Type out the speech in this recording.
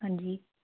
ਹਾਂਜੀ